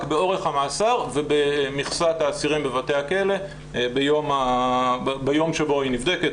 באורך המאסר ובמכסת האסירים בבתי הכלא ביום שבו היא נבדקת,